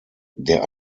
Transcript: der